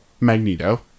Magneto